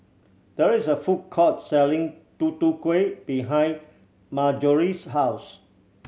there is a food court selling Tutu Kueh behind Marjory's house